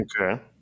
Okay